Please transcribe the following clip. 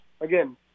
again